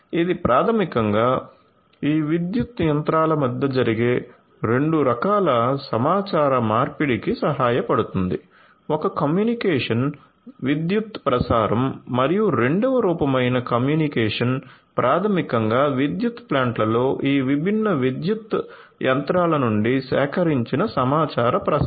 ఇది ప్రాథమికంగా ఈ విద్యుత్ యంత్రాల మధ్య జరిగే 2 రకాల సమాచార మార్పిడికి సహాయపడుతుంది ఒక కమ్యూనికేషన్ విద్యుత్ ప్రసారం మరియు రెండవ రూపమైన కమ్యూనికేషన్ ప్రాథమికంగా విద్యుత్ ప్లాంట్లలో ఈ విభిన్న విద్యుత్ యంత్రాల నుండి సేకరించిన సమాచార ప్రసారం